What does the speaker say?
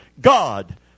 God